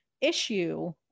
issue